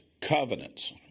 covenants